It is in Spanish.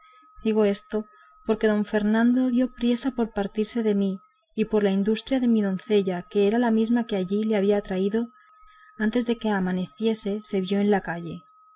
digo esto porque don fernando dio priesa por partirse de mí y por industria de mi doncella que era la misma que allí le había traído antes que amaneciese se vio en la calle